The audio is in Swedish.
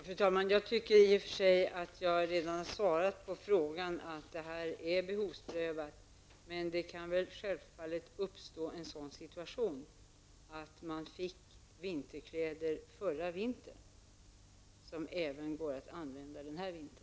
Fru talman! Jag anser i och för sig att jag redan har svarat på frågan. Det sker en behovsprövning, men det kan självfallet uppstå en sådan situation att man fått vinterkläder förra vintern som även går att använda denna vinter.